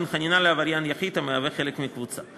והן חנינה לעבריין יחיד המהווה חלק מקבוצה.